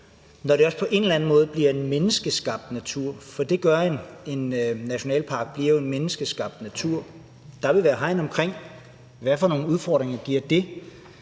når det også på en eller anden måde bliver en menneskeskabt natur? For en nationalpark bliver jo en menneskeskabt natur. Der vil være hegn omkring. Hvad for nogle udfordringer giver det?